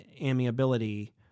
amiability